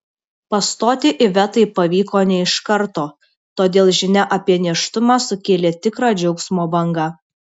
pastoti ivetai pavyko ne iš karto todėl žinia apie nėštumą sukėlė tikrą džiaugsmo bangą